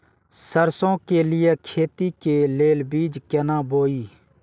सरसों के लिए खेती के लेल बीज केना बोई?